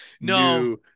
no